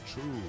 true